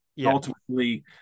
ultimately